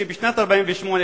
בשנת 1948,